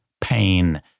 pain